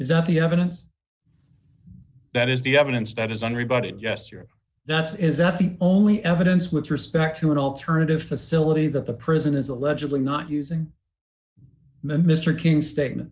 is that the evidence that is the evidence that is on rebut it yesterday that's is not the only evidence with respect to an alternative facility that the prison is allegedly not using mr king statement